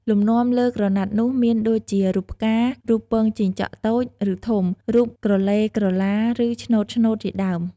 លំនាំលើក្រណាត់នោះមានដូចជារូបផ្កា រូបពងជីងចក់តូច ឬ ធំ រូបក្រឡេក្រឡា ឬ ឆ្នូតៗជាដើម។